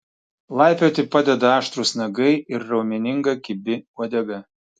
laipioti padeda aštrūs nagai ir raumeninga kibi uodega